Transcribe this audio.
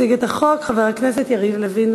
יציג את החוק חבר הכנסת יריב לוין.